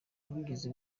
buvugizi